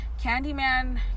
Candyman